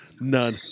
None